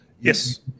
Yes